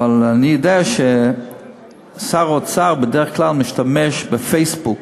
אבל אני יודע ששר האוצר בדרך כלל משתמש בפייסבוק,